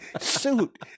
suit